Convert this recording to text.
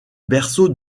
berceau